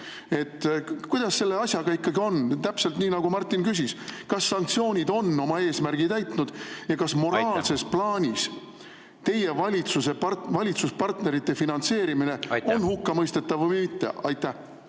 Kuidas selle asjaga ikkagi on? Täpselt nii, nagu Martin küsis: kas sanktsioonid on oma eesmärgi täitnud? Kas moraalses plaanis teie valitsuspartnerite finantseerimine on hukkamõistetav või mitte? Aitäh!